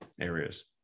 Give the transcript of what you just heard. areas